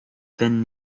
been